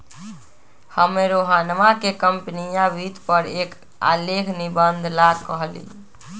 हम्मे रोहनवा के कंपनीया वित्त पर एक आलेख निबंध ला कहली